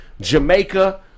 Jamaica